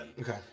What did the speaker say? Okay